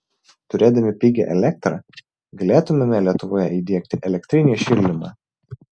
turėdami pigią elektrą galėtumėme lietuvoje įdiegti elektrinį šildymą